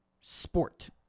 sport